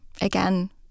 again